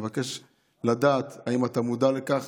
אני מבקש לדעת אם אתה מודע לכך,